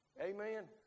amen